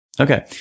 Okay